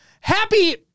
happy